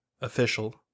official